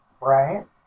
right